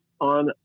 on